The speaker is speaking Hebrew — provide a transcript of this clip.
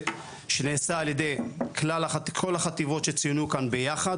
שנעשה ע"י כל החטיבות שצוינו כאן ביחד,